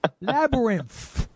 Labyrinth